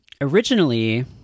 originally